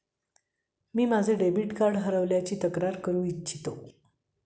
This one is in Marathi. मी माझे डेबिट कार्ड हरवल्याची तक्रार करू इच्छितो